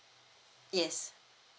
yes